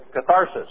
catharsis